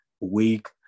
week